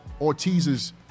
Ortiz's